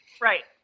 right